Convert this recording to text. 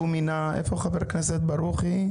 איפה חבר הכנסת ברוכי?